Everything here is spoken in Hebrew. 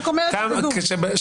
אני רק אומרת כדי שתדעו.